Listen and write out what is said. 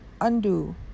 undo